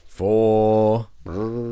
four